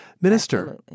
Minister